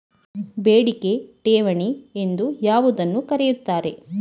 ಬೇಡಿಕೆ ಠೇವಣಿ ಎಂದು ಯಾವುದನ್ನು ಕರೆಯುತ್ತಾರೆ?